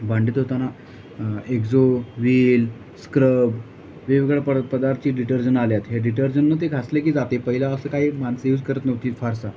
भांडी धुताना Exo wheel scrub वेगवेगळ्या परत पदार्थचे डिटर्जंट आले आहेत हे डिटर्जंटनं ते घासले की जाते पहिला असं काही माणसं यूज करत नव्हती फारसा